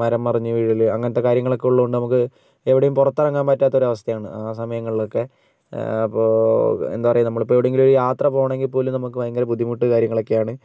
മരം മറിഞ്ഞു വീഴല് അങ്ങനത്തേ കാര്യങ്ങളൊക്കെയുള്ളതുകൊണ്ട് നമുക്ക് എവിടെയും പുറത്തിറങ്ങാൻ പറ്റാത്തൊരു അവസ്ഥയാണ് ആ സമയങ്ങളിലൊക്കേ അപ്പോൾ എന്താ പറയുക നമ്മളിപ്പോൾ എവിടെയെങ്കിലും ഒരു യാത്ര പോകണമെങ്കിൽ പോലും നമുക്ക് ഭയങ്കര ബുദ്ധിമുട്ട് കാര്യങ്ങളൊക്കെയാണ്